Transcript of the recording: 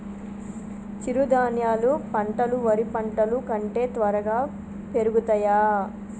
చిరుధాన్యాలు పంటలు వరి పంటలు కంటే త్వరగా పెరుగుతయా?